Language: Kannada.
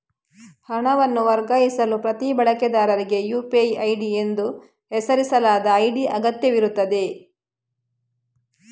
ಹಣವನ್ನು ವರ್ಗಾಯಿಸಲು ಪ್ರತಿ ಬಳಕೆದಾರರಿಗೆ ಯು.ಪಿ.ಐ ಐಡಿ ಎಂದು ಹೆಸರಿಸಲಾದ ಐಡಿ ಅಗತ್ಯವಿರುತ್ತದೆ